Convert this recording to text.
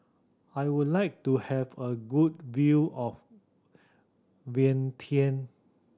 I would like to have a good view of Vientiane